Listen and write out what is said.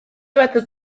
batzuk